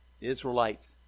Israelites